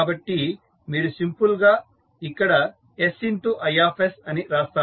కాబట్టి మీరు సింపుల్ గా ఇక్కడ sI అని రాస్తారు